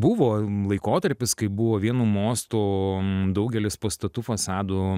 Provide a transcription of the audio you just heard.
buvo laikotarpis kai buvo vienu mostu daugelis pastatų fasadų